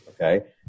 Okay